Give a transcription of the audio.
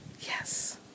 Yes